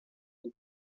des